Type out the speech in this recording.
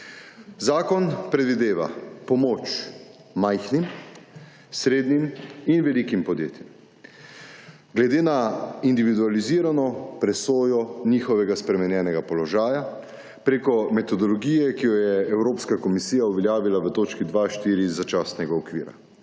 Zakon predvideva pomoč majhnim, srednjim in velikim podjetje, glede na individualizirano presojo njihovega spremenjenega položaja, preko metodologije, ki jo je Evropska komisija uveljavila v točki 2.4 začasnega okvira.